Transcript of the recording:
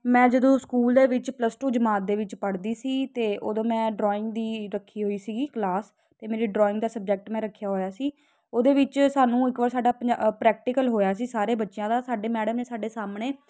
ਮੈਂ ਜਦੋਂ ਸਕੂਲ ਦੇ ਵਿੱਚ ਪਲਸ ਟੂ ਜਮਾਤ ਦੇ ਵਿੱਚ ਪੜ੍ਹਦੀ ਸੀ ਤਾਂ ਉਦੋਂ ਮੈਂ ਡਰਾਇੰਗ ਵੀ ਰੱਖੀ ਹੋਈ ਸੀਗੀ ਕਲਾਸ ਅਤੇ ਮੇਰੀ ਡਰੋਇੰਗ ਦਾ ਸਬਜੈਕਟ ਮੈਂ ਰੱਖਿਆ ਹੋਇਆ ਸੀ ਉਹਦੇ ਵਿੱਚ ਸਾਨੂੰ ਇੱਕ ਵਾਰ ਸਾਡਾ ਪ੍ਰੈ ਪ੍ਰੈਕਟੀਕਲ ਹੋਇਆ ਸੀ ਸਾਰੇ ਬੱਚਿਆਂ ਦਾ ਸਾਡੇ ਮੈਡਮ ਨੇ ਸਾਡੇ ਸਾਹਮਣੇ